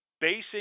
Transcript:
Basing